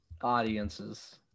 Audiences